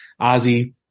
Ozzy